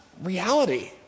reality